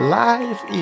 life